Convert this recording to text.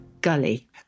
Gully